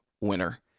winner